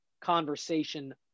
conversation